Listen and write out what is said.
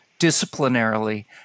disciplinarily